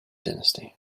dynasty